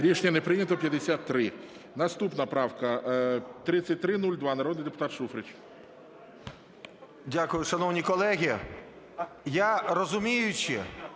Рішення не прийнято. Наступна правка 3342. Народний депутат